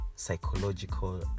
psychological